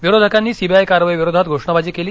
विरोधकांनी सीबीआय कारवाई विरोधात घोषणाबाजी केली